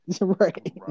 Right